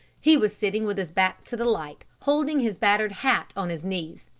he was sitting with his back to the light, holding his battered hat on his knees.